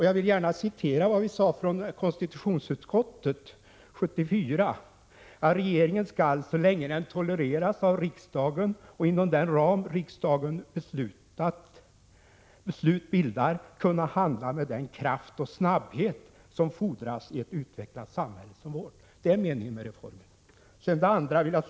Jag vill gärna framhålla att konstitutionsutskottet 1974 uttalade att regeringen skall så länge den tolereras av riksdagen och inom den ram riksdagens beslut bildar kunna handla med den kraft och snabbhet som fordras i ett utvecklat samhälle som vårt. Detta är alltså meningen med reformen.